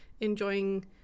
enjoying